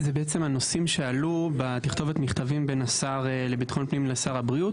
אלה בעצם הנושאים שעלו בתכתובת בין השר לביטחון פנים לשר הבריאות.